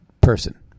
person